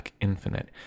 Infinite